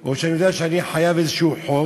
או שאני יודע שאני חייב איזה חוב,